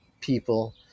people